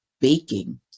baking